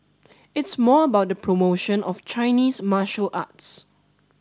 it's more about the promotion of Chinese martial arts